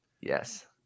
Yes